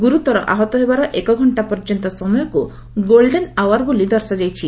ଗୁରୁତର ଆହତ ହେବାର ଏକଘଣ୍ଟା ପର୍ଯ୍ୟନ୍ତ ସମୟକୁ ଗୋଲ୍ଡେନ ଆୱାର ବୋଲି ଦର୍ଶାଯାଇଛି